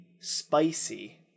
spicy